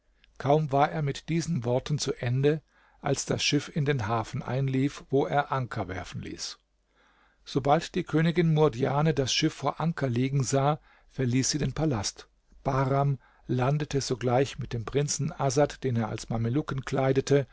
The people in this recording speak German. kaum war er mit diesen worten zu ende als das schiff in den hafen einlief wo er anker werfen ließ sobald die königin murdjane das schiff vor anker liegen sah verließ sie den palast bahram landete sogleich mit dem prinzen asad den er als mamelucken kleidete